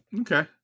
Okay